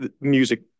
music